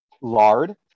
Lard